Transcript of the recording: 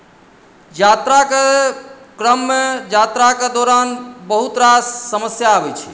यात्राके क्रममे यात्राके दौरान बहुत रास समस्या अबैत छै